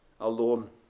alone